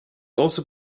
also